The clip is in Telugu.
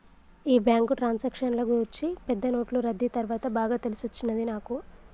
ఈ బ్యాంకు ట్రాన్సాక్షన్ల గూర్చి పెద్ద నోట్లు రద్దీ తర్వాత బాగా తెలిసొచ్చినది నాకు